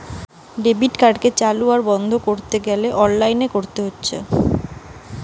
debit কার্ডকে চালু আর বন্ধ কোরতে গ্যালে অনলাইনে কোরতে হচ্ছে